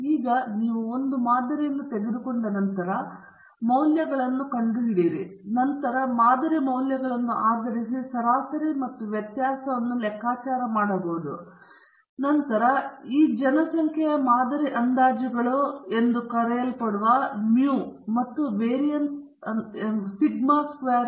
ಈಗ ನೀವು ಒಂದು ಮಾದರಿಯನ್ನು ತೆಗೆದುಕೊಂಡ ನಂತರ ಮೌಲ್ಯಗಳನ್ನು ಕಂಡುಹಿಡಿದರು ಮತ್ತು ನಂತರ ಮಾದರಿ ಮೌಲ್ಯಗಳನ್ನು ಆಧರಿಸಿ ಸರಾಸರಿ ಮತ್ತು ವ್ಯತ್ಯಾಸವನ್ನು ಲೆಕ್ಕಾಚಾರ ಮಾಡಿದ್ದೀರಿ ಮತ್ತು ನಂತರ ನಾವು ಜನಸಂಖ್ಯೆಯ ಮಾದರಿ ಅಂದಾಜುಗಳು ಎಂದು ಕರೆಯಲ್ಪಡುತ್ತಿದ್ದವುಗಳು mu ಮತ್ತು variance sigma square